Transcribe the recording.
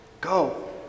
Go